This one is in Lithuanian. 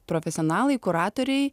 profesionalai kuratoriai